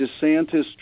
DeSantis